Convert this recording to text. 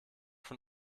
von